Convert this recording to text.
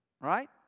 right